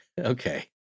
Okay